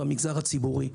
במגזר הציבורי.